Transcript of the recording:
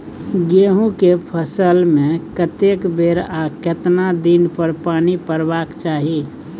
गेहूं के फसल मे कतेक बेर आ केतना दिन पर पानी परबाक चाही?